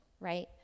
right